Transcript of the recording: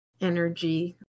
energy